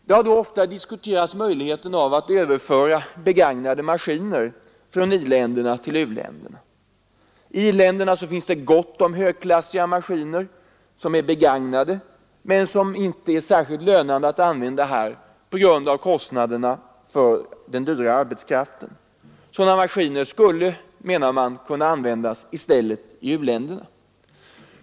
Det har ofta diskuterats att man skulle överföra begagnade maskiner från i-länderna till u-länderna. I i-länderna finns det gott om högklassiga maskiner, som är begagnade men som inte är särskilt lönande att använda här på grund av kostnaderna för den dyra arbetskraften. Sådana maskiner skulle, menar man, i stället kunna användas i u-länderna.